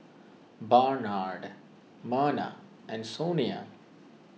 Barnard Merna and Sonia